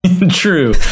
True